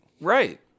Right